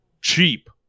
cheap